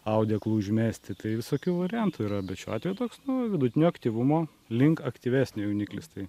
audeklu užmesti tai visokių variantų yra bet šiuo atveju toks nu vidutinio aktyvumo link aktyvesnio jauniklis tai